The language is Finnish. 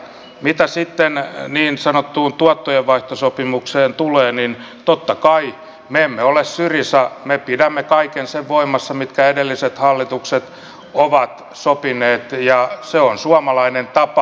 mitä sitten niin sanottuun tuottojenvaihtosopimukseen tulee niin totta kai me emme ole syriza me pidämme kaiken sen voimassa minkä edelliset hallitukset ovat sopineet ja se on suomalainen tapa